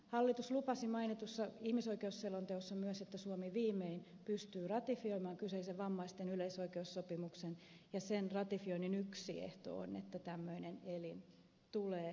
hallitus lupasi mainitussa ihmisoikeusselonteossa myös että suomi viimein pystyy ratifioimaan kyseisen vammaisten yleisoikeussopimuksen ja sen ratifioinnin yksi ehto on että tämmöinen elin tulee